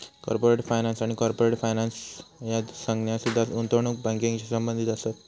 corporate finance आणि corporate financer ह्या संज्ञा सुद्धा गुंतवणूक बँकिंगशी संबंधित असत